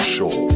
Show